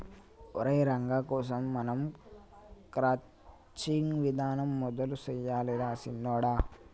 ఒరై రంగ కోసం మనం క్రచ్చింగ్ విధానం మొదలు సెయ్యాలి రా సిన్నొడా